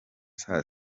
saa